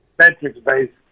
metrics-based